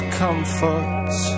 comforts